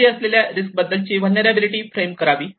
माहिती असलेल्या रिस्क बद्दलची व्हलनेरलॅबीलीटी फ्रेम करावी